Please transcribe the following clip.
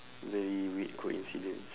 very weird coincidence